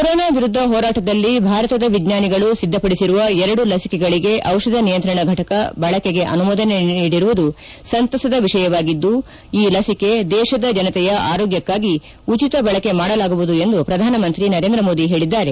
corona ವಿರುದ್ದ ಹೋರಾಟದಲ್ಲಿ ಭಾರತದ ವಿಜ್ಞಾನಿಗಳು ಸಿದ್ದಪಡಿಸಿರುವ ಎರಡು ಲಸಿಕೆಗಳಿಗೆ ಔಷಧ ನಿಯಂತ್ರಣ ಘಟಕ ಬಳಕೆಗೆ ಅನುಮೋದನೆ ನೀಡಿರುವುದು ಸಂತಸದ ವಿಷಯವಾಗಿದ್ದು ಈ ಲಸಿಕೆ ದೇಶದ ಜನತೆಯ ಆರೋಗ್ಚಕ್ಕಾಗಿ ಉಚಿತ ಬಳಕೆ ಮಾಡಲಾಗುವುದು ಎಂದು ಪ್ರಧಾನಮಂತ್ರಿ ನರೇಂದ್ರ ಮೋದಿ ಹೇಳಿದ್ದಾರೆ